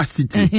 City